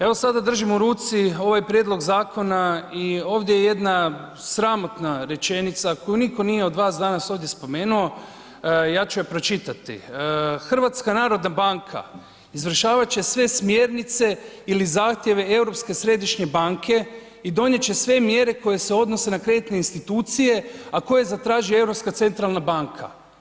Evo sada držim u ruci ovaj prijedlog zakona i ovdje je jedna sramotna rečenica koju nitko nije od vas danas ovdje spomenuo, ja ću je pročitati: „HNB izvršavati će sve smjernice ili zahtjeve Europske središnje banke i donijeti će sve mjere koje se odnose na kreditne institucije a koje zatraži Europska centralna banka.